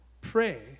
Pray